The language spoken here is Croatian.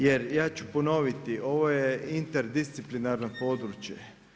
Jer ja ću ponoviti ovo je interdisciplinarno područje.